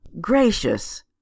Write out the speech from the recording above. Gracious